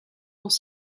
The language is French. dans